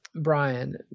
Brian